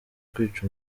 kwica